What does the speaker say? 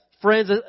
friends